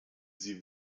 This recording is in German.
sie